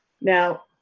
Now